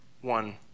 one